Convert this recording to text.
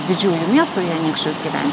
didžiųjų miestų į anykščius gyven